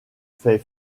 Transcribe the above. fait